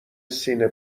سینه